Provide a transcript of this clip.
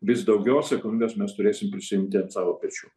vis daugiau atsakomybės mes turėsim prisiimti ant savo pečių